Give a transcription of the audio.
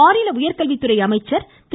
மாநில உயர்கல்வித்துறை அமைச்சர் திரு